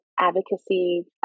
advocacy